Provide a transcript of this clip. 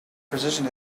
precision